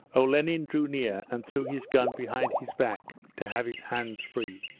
olenin drew near and threw his gun behind his back to have his hands free.